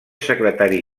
secretari